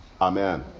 Amen